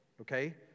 Okay